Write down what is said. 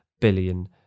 billion